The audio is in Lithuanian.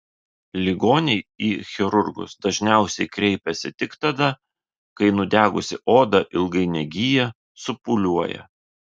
ligoniai į chirurgus dažniausiai kreipiasi tik tada kai nudegusi oda ilgai negyja supūliuoja